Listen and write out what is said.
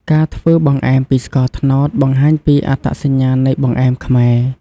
ការធ្វើបង្អែមពីស្ករត្នោតបង្ហាញពីអត្តសញ្ញាណនៃបង្អែមខ្មែរ។